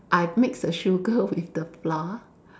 I mix the sugar with the flour